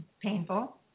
painful